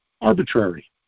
arbitrary